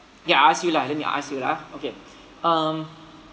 ya I ask you lah let me ask you lah ah okay um